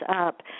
up